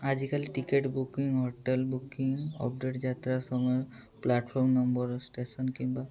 ଆଜିକାଲି ticket booking hotel booking update ଯାତ୍ରା ସମୟ ପ୍ଲାଟଫର୍ମ ନମ୍ବର ଷ୍ଟେସନ କିମ୍ବା